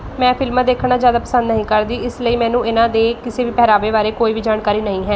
ਮੈਂ ਫਿਲਮਾਂ ਦੇਖਣਾ ਜ਼ਿਆਦਾ ਪਸੰਦ ਨਹੀਂ ਕਰਦੀ ਇਸ ਲਈ ਮੈਨੂੰ ਇਹਨਾਂ ਦੇ ਕਿਸੇ ਵੀ ਪਹਿਰਾਵੇ ਬਾਰੇ ਕੋਈ ਵੀ ਜਾਣਕਾਰੀ ਨਹੀਂ ਹੈ